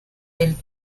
del